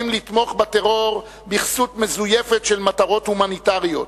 לתמוך בטרור בכסות מזויפת של מטרות הומניטריות.